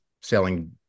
selling